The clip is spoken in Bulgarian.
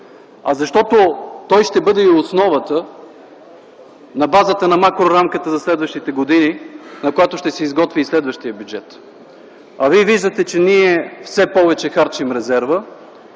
а защото той ще бъде и основата на базата на макрорамката за следващите години, на която ще се изготви и следващият бюджет. Вие виждате, че ние все повече харчим резерва.